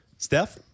Steph